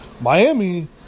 Miami